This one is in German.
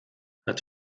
hat